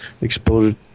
exploded